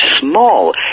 small